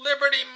Liberty